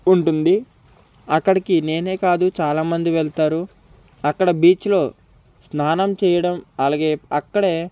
ఉంటుంది అక్కడికి నేనే కాదు చాలా మంది వెళ్తారు అక్కడ బీచ్లో స్నానం చేయడం అలాగే అక్కడే